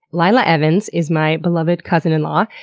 lila evans is my beloved cousin-in-law,